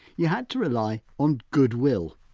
you had to rely on goodwill.